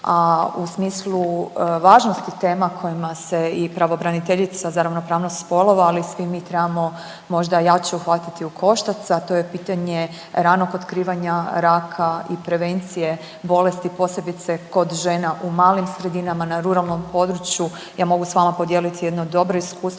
a u smislu važnosti tema kojima se i pravobraniteljica za ravnopravnost spolova ali i svi mi trebamo možda jače uhvatiti u koštac, a to je pitanje ranog otkrivanja raka i prevencije bolesti posebice kod žena u malim sredinama, na ruralnom području. Ja mogu s vama podijeliti jedno dobro iskustvo.